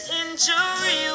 injury